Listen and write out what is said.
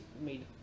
made